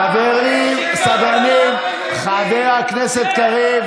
חבר הכנסת קריב.